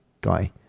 guy